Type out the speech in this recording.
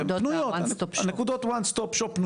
דיברתי על נקודות ה-ONE STOP SHOP. לא,